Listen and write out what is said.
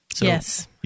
Yes